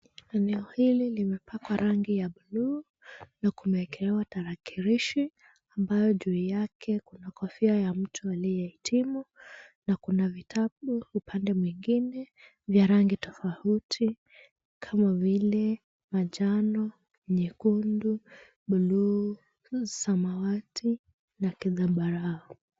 Eneo hili limepakwa rangi ya bluu na kumeekewa tarakilishi ambayo juu yake kuna kofia ya mtu aliyehitimu, na kuna vitabu upande mwingine vya rangi tofauti kama vile manjano, nyekundu, bluu, samawati na kizambarau.